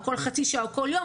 או כל חצי שעה או כל יום,